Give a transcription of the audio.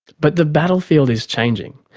but the battlefield is changing.